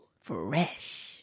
Fresh